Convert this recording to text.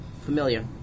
familiar